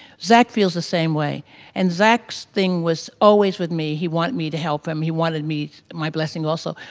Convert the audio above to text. zac feels the same way and zac's thing was always with me. he wanted me to help him, he wanted me my blessing also,